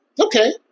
Okay